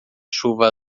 chuva